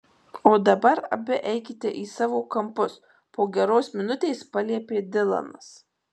o dabar abi eikite į savo kampus po geros minutės paliepė dilanas